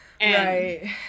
Right